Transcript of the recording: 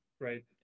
right